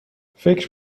فکر